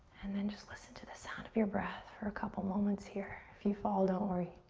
and then just listen to the sound of your breath for a couple moments here. if you fall, don't worry.